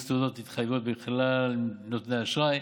תעודות התחייבות מכלל נותני האשראי.